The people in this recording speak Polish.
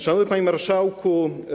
Szanowny Panie Marszałku!